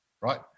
Right